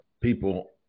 people